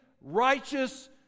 righteous